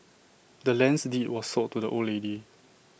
the land's deed was sold to the old lady